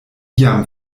jam